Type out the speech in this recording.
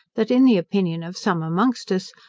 that, in the opinion of some amongst us,